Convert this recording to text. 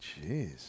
Jeez